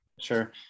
Sure